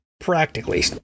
practically